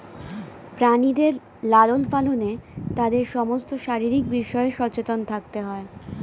প্রাণীদের লালন পালনে তাদের সমস্ত শারীরিক বিষয়ে সচেতন থাকতে হয়